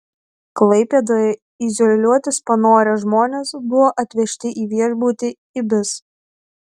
klaipėdoje izoliuotis panorę žmonės buvo atvežti į viešbutį ibis